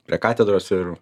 prie katedros ir